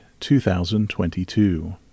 2022